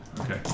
Okay